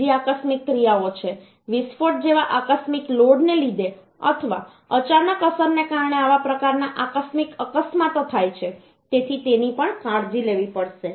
બીજી આકસ્મિક ક્રિયાઓ છે વિસ્ફોટ જેવા આકસ્મિક લોડને લીધે અથવા અચાનક અસરને કારણે આવા પ્રકારના આકસ્મિક અકસ્માતો થાય છે તેથી તેની પણ કાળજી લેવી પડશે